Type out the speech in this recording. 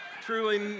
Truly